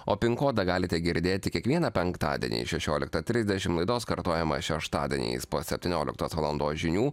o pin kodą galite girdėti kiekvieną penktadienį šešioliktą trisdešim laidos kartojimą šeštadieniais po septynioliktos valandos žinių